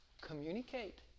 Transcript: communicate